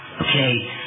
okay